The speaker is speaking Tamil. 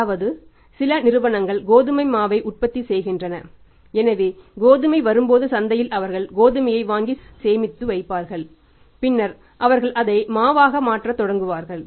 அதாவது சில நிறுவனங்கள் கோதுமை மாவை உற்பத்தி செய்கின்றன எனவே கோதுமை வரும்போது சந்தையில் அவர்கள் கோதுமையை வாங்கி சேமித்து வைப்பார்கள் பின்னர் அவர்கள் அதை மாவாக மாற்றத் தொடங்குவார்கள்